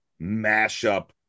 mashup